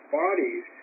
bodies